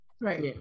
Right